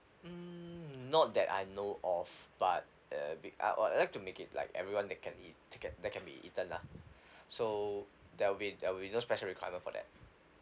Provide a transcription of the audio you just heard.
mm not that I know of but uh be~ uh I would like to make it like everyone that can eat that can be eaten lah so there will be there will be no special requirement for that